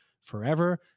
forever